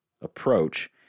approach